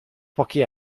pochi